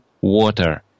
water